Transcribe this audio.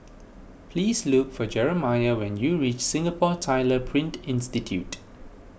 please look for Jerimiah when you reach Singapore Tyler Print Institute